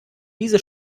diese